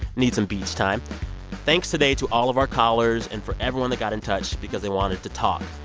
need some beach time thanks today to all of our callers and for everyone that got in touch because they wanted to talk.